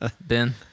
Ben